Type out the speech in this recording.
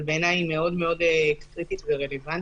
אבל בעיניי היא מאוד מאוד קריטית ורלוונטית,